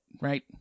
right